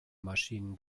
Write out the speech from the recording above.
maschinen